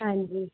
ਹਾਂਜੀ